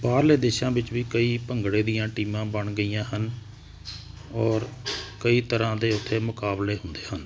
ਬਾਹਰਲੇ ਦੇਸ਼ਾਂ ਵਿੱਚ ਵੀ ਕਈ ਭੰਗੜੇ ਦੀਆਂ ਟੀਮਾਂ ਬਣ ਗਈਆਂ ਹਨ ਔਰ ਕਈ ਤਰ੍ਹਾਂ ਦੇ ਉਥੇ ਮੁਕਾਬਲੇ ਹੁੰਦੇ ਹਨ